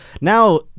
now